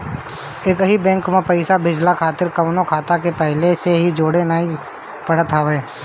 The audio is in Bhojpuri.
एकही बैंक में पईसा भेजला खातिर कवनो खाता के पहिले से जोड़े के नाइ पड़त हअ